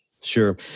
Sure